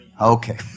Okay